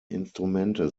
instrumente